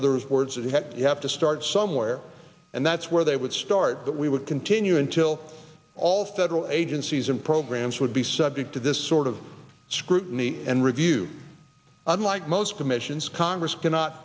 others words that have you have to start somewhere and that's where they would start but we would continue until all federal agencies and programs would be subject to this sort of scrutiny and review unlike most commissions congress cannot